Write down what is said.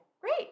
Great